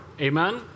Amen